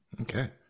Okay